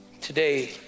Today